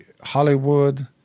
Hollywood